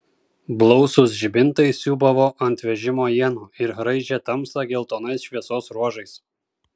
blausūs žibintai siūbavo ant vežimo ienų ir raižė tamsą geltonais šviesos ruožais